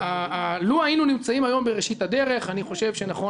לו היינו נמצאים היום בראשית הדרך אני חושב שנכון